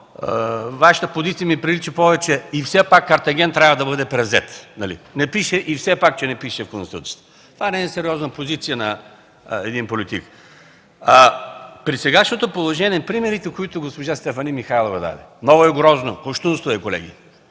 Вашата позиция ми прилича повече: „И все пак, Картаген трябва да бъде превзет”, нали? Не пише – все пак, че не пише в Конституцията. Това не е сериозна позиция на един политик. При сегашното положение примерите, които даде госпожа Стефани Михайлова, много е грозно, кощунство е, колеги!